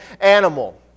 animal